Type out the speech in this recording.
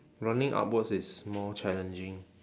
running upwards is more challenging